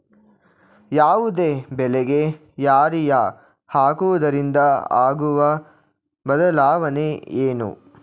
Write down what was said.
ಯಾವುದೇ ಬೆಳೆಗೆ ಯೂರಿಯಾ ಹಾಕುವುದರಿಂದ ಆಗುವ ಬದಲಾವಣೆ ಏನು?